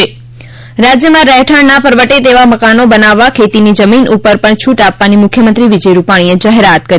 ત રાજયમાં રહેઠાણનાં પરવડે તેવાં મકાનો બનાવવા ખેતીની જમીન ઉપર પણ છુટ આપવાની મુખ્યમંત્રી વિજય રૂપાણીએ જાહેરાત કરી